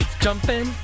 Jumping